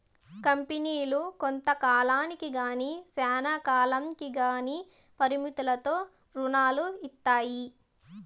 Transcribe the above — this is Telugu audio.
కంపెనీలు కొంత కాలానికి గానీ శ్యానా కాలంకి గానీ పరిమితులతో రుణాలు ఇత్తాయి